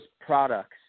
products